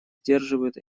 сдерживают